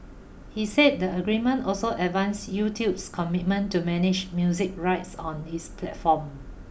he said the agreement also advanced YouTube's commitment to manage music rights on its platform